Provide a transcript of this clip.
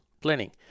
planning